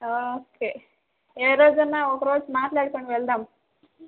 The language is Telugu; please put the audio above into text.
ఓకే ఏ రోజన్నా ఒక రోజు మాట్లాడుకుని వెళ్దాం